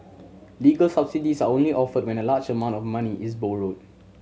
legal subsidies are only offered when a large amount of money is borrowed